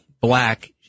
black